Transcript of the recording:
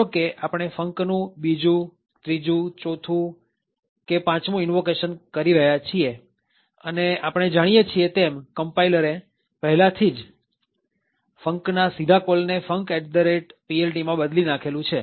ધારો કે આપણે funcનું ૨જુ ૩જુ ૪થુ કે ૫મુ ઈનવોકેશન કરી રહ્યા છીએ અને આપણે જાણીએ છીએ તેમ કમ્પાઈલરે પહેલા જ funcના સીધા કોલને funcPLTમાં બદલી નાખેલ છે